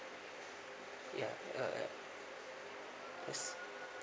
ya uh